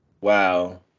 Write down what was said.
wow